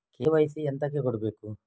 KYC ಎಂತಕೆ ಕೊಡ್ಬೇಕು?